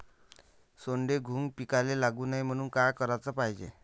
सोंडे, घुंग पिकाले लागू नये म्हनून का कराच पायजे?